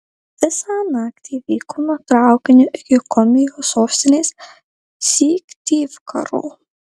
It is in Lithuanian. visą naktį vykome traukiniu iki komijos sostinės syktyvkaro